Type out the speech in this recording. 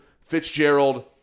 Fitzgerald